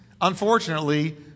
unfortunately